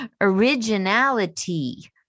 originality